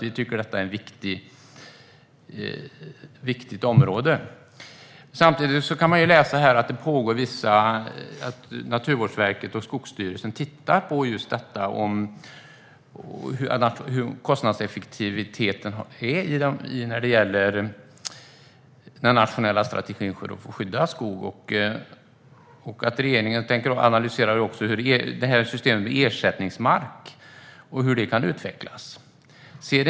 Vi tycker att detta är ett viktigt område. Samtidigt framgår det att Naturvårdsverket och Skogsstyrelsen tittar på hur kostnadseffektiviteten är för den nationella strategin för att skydda skog. Regeringen analyserar hur systemet för ersättningsmark kan utvecklas.